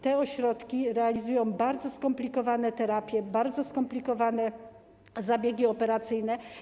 Te ośrodki przeprowadzają bardzo skomplikowane terapie, bardzo skomplikowane zabiegi operacyjne.